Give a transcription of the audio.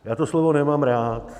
Já to slovo nemám rád.